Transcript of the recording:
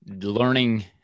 learning